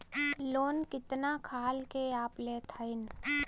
Loan कितना खाल के आप लेत हईन?